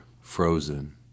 frozen